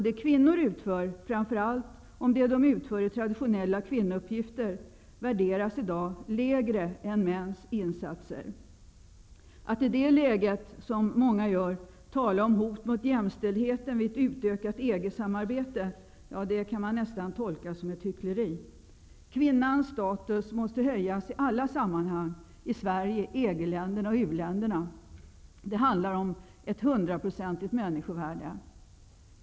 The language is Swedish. Det kvinnor utför, framför allt om det de utför är traditionella kvinnouppgifter, värderas lägre än mäns insatser. Att i det läget, som många gör, tala om hot mot jämställdheten vid ett utökat EG-samarbete kan nästan tolkas som hyckleri. Kvinnans status måste höjas i alla sammanhang -- i Sverige, i EG-länderna och i u-länderna. Det handlar om ett 100-procentigt människovärde.